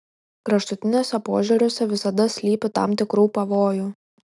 kraštutiniuose požiūriuose visada slypi tam tikrų pavojų